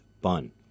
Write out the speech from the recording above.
bun